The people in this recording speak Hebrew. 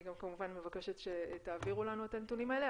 אני גם כמובן מבקשת שתעבירו לנו את הנתונים האלה,